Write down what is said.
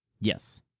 yes